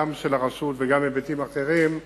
גם של הרשות וגם היבטים אחרים,